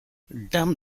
damn